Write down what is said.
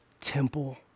temple